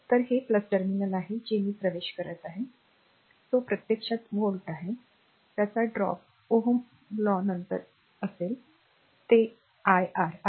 तर हे टर्मिनल आहे जे ते प्रवेश करत आहे तो प्रत्यक्षात व्होल्ट असेल त्याचा ड्रॉप Ωs' law नंतर असेल ते r iR आहे